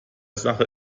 sache